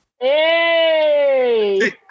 Hey